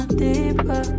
deeper